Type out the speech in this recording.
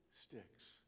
sticks